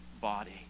body